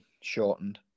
shortened